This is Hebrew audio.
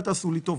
אל תעשו לי טובות,